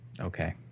Okay